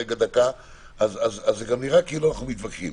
אז זה נראה כאילו אנחנו מתווכחים.